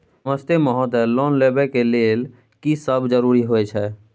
नमस्ते महोदय, लोन लेबै के लेल की सब जरुरी होय छै?